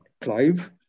Clive